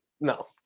No